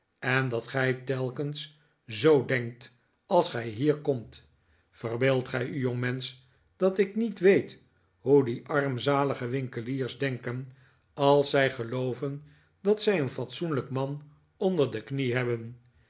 en dat gij tel kens zoo denkt als gij hier komt verbeeldt gij u jongmensch dat ik niet weet hoe die armzalige winkeliers denken als zij gelooven dat zij een fatsoenlijk man onder de knie hebben